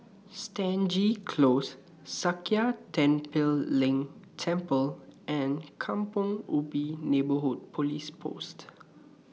Stangee Close Sakya Tenphel Ling Temple and Kampong Ubi Neighbourhood Police Post